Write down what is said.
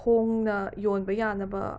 ꯍꯣꯡꯅ ꯌꯣꯟꯕ ꯌꯥꯅꯕ